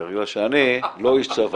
בגלל שאני לא איש צבא,